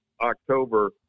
October